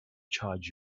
charge